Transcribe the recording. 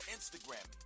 Instagram